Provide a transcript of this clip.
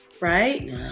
right